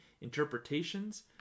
interpretations